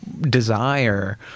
desire